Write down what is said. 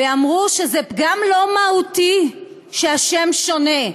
אמרו שזה פגם לא מהותי, שהשם שונה.